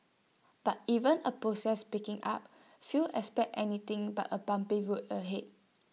but even A process picking up few expect anything but A bumpy road ahead